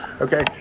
Okay